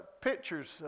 pictures